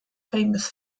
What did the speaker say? famous